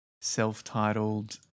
self-titled